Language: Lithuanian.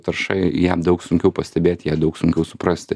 tarša jam daug sunkiau pastebėt ją daug sunkiau suprasti